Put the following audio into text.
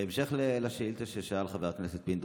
בהמשך לשאילתה ששאל חבר הכנסת פינדרוס,